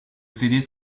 céder